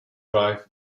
drive